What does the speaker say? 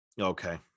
Okay